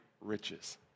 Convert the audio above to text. riches